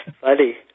funny